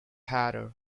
hatter